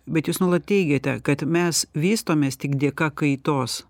bet jūs nuolat teigiate kad mes vystomės tik dėka kaitos